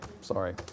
sorry